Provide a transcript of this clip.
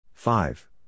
Five